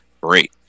great